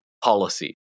policy